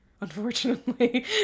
Unfortunately